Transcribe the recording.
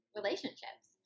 relationships